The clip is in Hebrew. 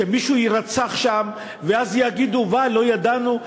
שמישהו יירצח שם ואז יגידו "וואו, לא ידענו"?